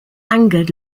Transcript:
angered